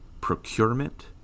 procurement